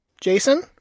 Jason